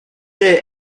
est